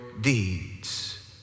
deeds